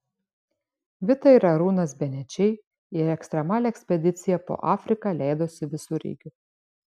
vita ir arūnas benečiai į ekstremalią ekspediciją po afriką leidosi visureigiu